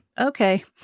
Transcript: okay